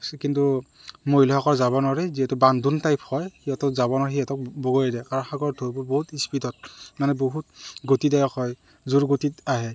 কিন্তু মহিলাসকল যাব নোৱাৰে যিহেতু বান্ধোন টাইপ হয় সিহঁতক যাব নোৱাৰে সিহঁতক বগৰাই দিয়ে কাৰণ সাগৰত ঢৌবোৰ বহুত স্পীডত মানে বহুত গতিদায়ক হয় জোৰ গতিত আহে